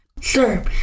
Sir